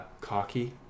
cocky